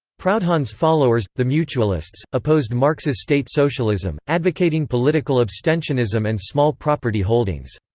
proudhon's followers, the mutualists, opposed marx's state socialism, advocating political abstentionism and small property holdings.